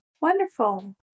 Wonderful